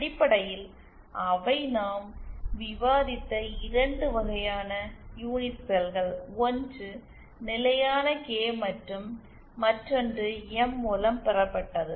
அடிப்படையில் அவை நாம் விவாதித்த 2 வகையான யூனிட் செல்கள் ஒன்று நிலையான கே மற்றும் மற்றொன்று எம் மூலம் பெறப்பட்டது